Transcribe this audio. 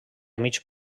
mig